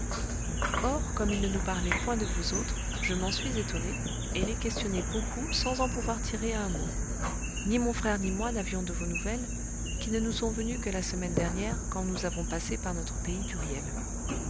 or comme il ne nous parlait point de vous autres je m'en suis étonnée et l'ai questionné beaucoup sans en pouvoir tirer un mot ni mon frère ni moi n'avions de vos nouvelles qui ne nous sont venues que la semaine dernière quand nous avons passé par notre pays